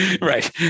right